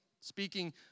speaking